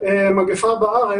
מהאוכלוסייה הבוגרת.